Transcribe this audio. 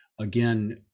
again